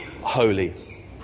holy